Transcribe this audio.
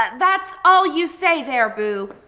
that's all you say there boo.